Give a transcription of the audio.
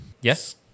yes